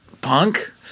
punk